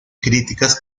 críticas